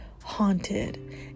haunted